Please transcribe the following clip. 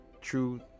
true